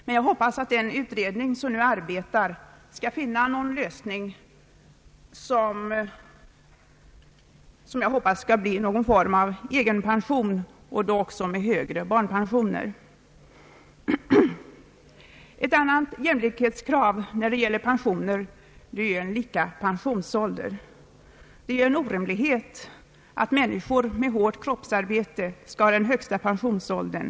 Man hoppas att den utredning som nu arbetar skall finna någon lösning, någon form av egenpension och då också högre barnpensioner. Ett annat jämlikhetskrav i fråga om pensioner gäller lika pensionsålder. Det är en orimlighet att människor med hårt kroppsarbete skall ha den högsta pensionsåldern.